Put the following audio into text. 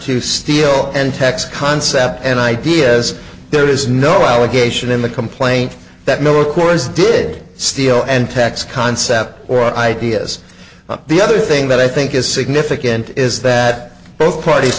to steal and tax concepts and ideas there is no allegation in the complaint that miller corps did steal and tax concept or ideas the other thing that i think is significant is that both parties